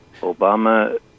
Obama